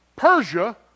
Persia